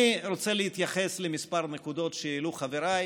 אני רוצה להתייחס לכמה נקודות שהעלו חבריי,